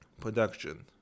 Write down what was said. production